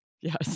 Yes